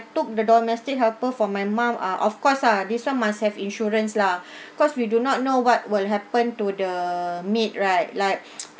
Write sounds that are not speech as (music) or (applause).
took the domestic helper for my mum ah of course ah this one must have insurance lah (breath) cause we do not know what will happen to the maid right like (noise)